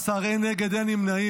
19, אין נגד, אין נמנעים.